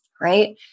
right